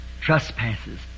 trespasses